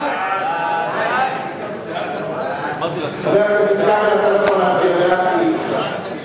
ההצעה להעביר את הצעת חוק הגנת